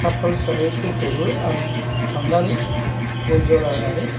खाफाल सानायफोरखौबो आं थांनानै गय जरा होनानै